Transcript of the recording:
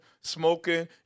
smoking